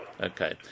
Okay